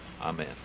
Amen